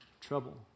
trouble